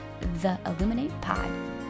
theilluminatepod